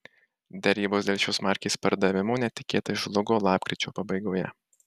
derybos dėl šios markės pardavimo netikėtai žlugo lapkričio pabaigoje